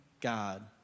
God